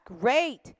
great